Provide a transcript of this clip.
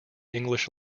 english